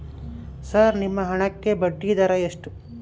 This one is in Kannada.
ಸರ್ ನಿಮ್ಮ ಹಣಕ್ಕೆ ಬಡ್ಡಿದರ ಎಷ್ಟು?